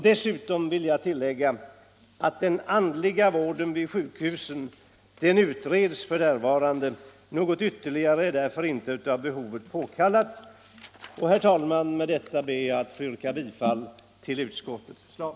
Jag vill tillägga att den andliga vården vid sjukhusen utreds f. n., och någon ytterligare åtgärd är därför inte av behovet påkallad. Herr talman! Med detta ber jag att få yrka bifall till utskottets förslag.